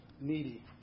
needy